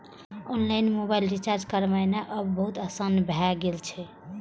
online mobile recharge करनाय आब बहुत आसान भए गेल छै